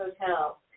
Hotel